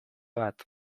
bat